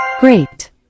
Great